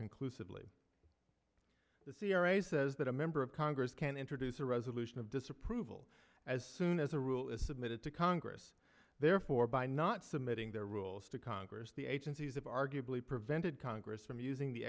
conclusively the c r a says that a member of congress can introduce a resolution of disapproval as soon as a rule is submitted to congress therefore by not submitting their rules to congress the agencies have arguably prevented congress from using the